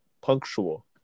Punctual